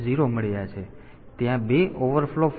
તેથી ત્યાં 2 overflow flags TF 0 અને TF 1 છે